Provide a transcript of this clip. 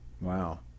Wow